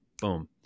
Boom